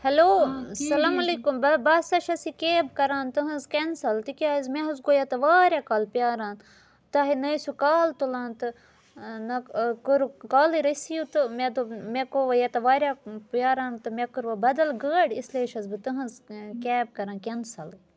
hello سَلام علیکُم بہٕ ہَسا چھَس یہِ کیب کَران تٕہٕنٛز کیٚنسَل تِکیٛازِ مےٚ حظ گوٚو یَتہٕ واریاہ کال پرٛاران تۄہہِ نہَ ٲسِو کال تُلان تہٕ نہَ کوٚرُکھ کالٕے رٔسیٖو تہٕ مےٚ دوٚپ مےٚ گوٚو وۅنۍ یَتہٕ واریاہ پرٛاران تہٕ مےٚ کٔروٕ بَدَل گٲڑۍ اِسلیے چھَس بہٕ تٕہٕنٛز کیب کَران کیٚنسَلٕے